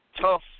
tough